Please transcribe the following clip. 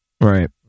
Right